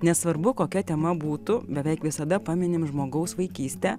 nesvarbu kokia tema būtų beveik visada paminim žmogaus vaikystę